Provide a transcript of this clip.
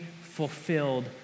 fulfilled